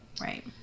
right